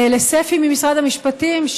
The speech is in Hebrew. לספי ממשרד המשפטים,